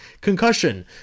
Concussion